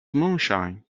moonshine